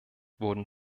wurden